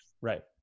right